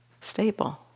stable